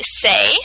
say